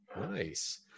Nice